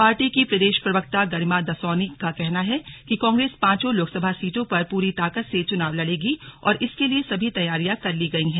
party की प्रदेश प्रवक्ता गरिमा दसौनी का कहना है कि कांग्रेस पांचों लोकसभा सीटों पर पूरी ताकत से चुनाव लड़ेगी और इसके लिए सभी तैयारियां कर ली गई हैं